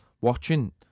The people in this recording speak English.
watching